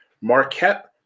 Marquette